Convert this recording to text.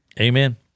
Amen